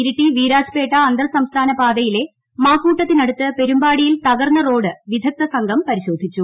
ഇരിട്ടി വീരാജ്പേട്ട അന്തർസംസ്ഥാനപാതയിലെ മാക്കൂട്ടത്തിനടുത്ത് പെരുമ്പാടിയിൽ തകർന്ന റോഡ് വിദഗ്ധ സംഘം പരിശോധിച്ചു